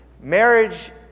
Marriage